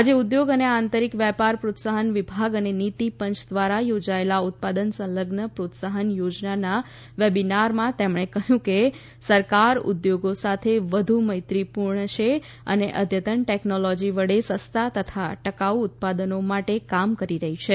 આજે ઉદ્યોગ અને આંતરિક વેપાર પ્રોત્સાહન વિભાગ અને નીતિ પંચ દ્વારા યોજાએલા ઉત્પાદન સંલગ્ન પ્રોત્સાહન યોજનાના વેબિનારમાં તેમણે કહ્યું કે સરકાર ઉદ્યોગો સાથે વધુ મૈત્રીપૂર્ણ છે અને અદ્યતન ટેકનોલોજી વડે સસ્તા તથા ટકાઉ ઉત્પાદનો માટે કામ કરી રહી છે